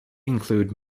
include